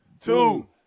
Two